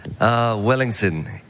Wellington